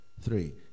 Three